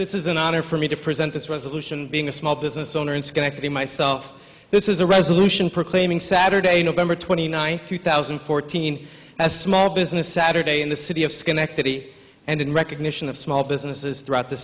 this is an honor for me to present this resolution being a small business owner in schenectady myself this is a resolution proclaiming saturday nov twenty ninth two thousand and fourteen as small business saturday in the city of schenectady and in recognition of small businesses throughout the